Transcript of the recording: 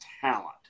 talent